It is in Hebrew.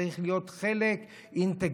צריך להיות חלק אינטגרלי,